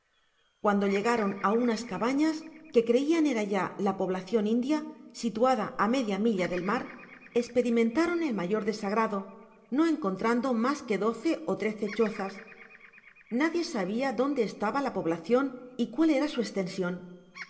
cuando llegaron á unas cabañas que creian era ya la poblacion india situada á media milla del mar esperimentaron el mayor des content from google book search generated at agrado no encontrando mas que doce ó trece chozas nadie sabia donde estaba la poblacion y cuál era su estension